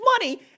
money